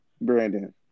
Brandon